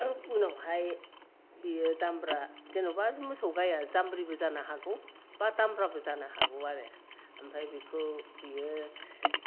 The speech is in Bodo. उनावहाय बियो दामरा जेनेबा मोसौ गायआ दामरिबो जानो हागौ बा दामराबो जानो हागौ आरो ओमफ्राय बेखौ बियो